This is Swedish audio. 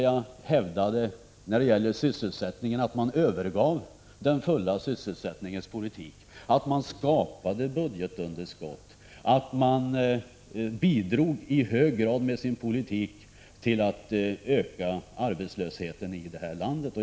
Jag hävdade att man övergav den fulla sysselsättningens politik, att man skapade budgetunderskott, att man med sin politik i hög grad bidrog till att öka arbetslösheten här i landet.